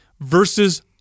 versus